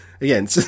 again